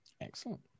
excellent